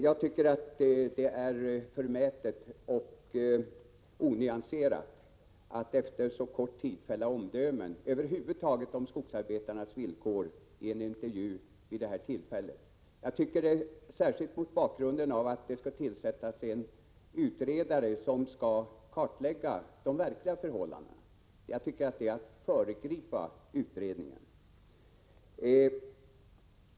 Jag tycker det är förmätet och onyanserat att efter så kort tid över huvud taget fälla omdömen om skogsarbetarnas villkor i en intervju på det här sättet — särskilt mot bakgrund av att det skall tillsättas en utredare som skall kartlägga de verkliga förhållandena. Jag tycker detta är att föregripa utredningen.